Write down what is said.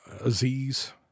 Aziz